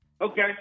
Okay